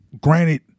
granted